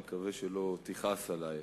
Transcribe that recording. ואני מקווה שלא תכעס עלי.